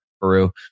Peru